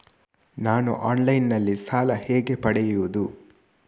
ನಾನು ಆನ್ಲೈನ್ನಲ್ಲಿ ಸಾಲ ಹೇಗೆ ಪಡೆಯುವುದು?